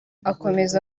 akomeza